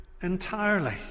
entirely